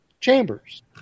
chambers